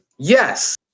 Yes